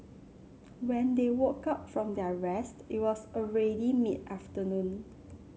when they woke up from their rest it was already mid afternoon